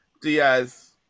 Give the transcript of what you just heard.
Diaz